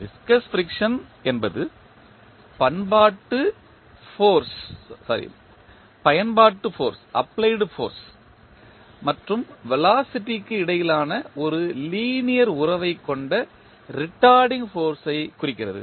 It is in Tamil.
விஸ்கஸ் ஃபிரிக்சன் என்பது பயன்பாட்டு ஃபோர்ஸ் மற்றும் வெலாசிட்டி க்கு இடையிலான ஒரு லீனியர் உறவை கொண்ட ரீட்டார்டிங் ஃபோர்ஸ் ஐ குறிக்கிறது